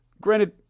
Granted